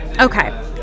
Okay